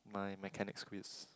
my mechanics quiz